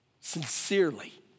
Sincerely